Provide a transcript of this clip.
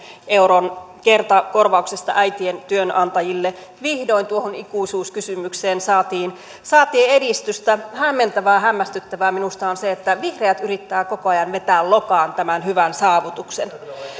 euron kertakorvauksesta äitien työnantajille vihdoin tuohon ikuisuuskysymykseen saatiin saatiin edistystä hämmentävää hämmästyttävää minusta on se että vihreät yrittää koko ajan vetää lokaan tämän hyvän saavutuksen